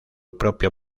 propio